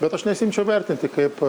bet aš nesiimčiau vertinti kaip